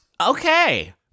Okay